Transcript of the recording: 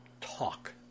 talk